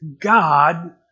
God